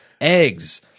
eggs